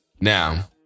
now